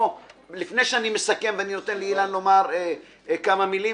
לפני שאני מסכם ונותן לאילן גילאון לומר כמה מילים,